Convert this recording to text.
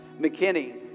McKinney